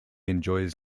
enjoys